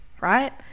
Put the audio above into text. Right